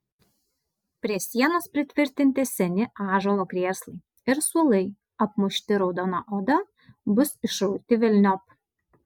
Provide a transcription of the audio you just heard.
prie sienos pritvirtinti seni ąžuolo krėslai ir suolai apmušti raudona oda bus išrauti velniop